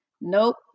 Nope